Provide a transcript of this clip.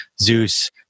zeus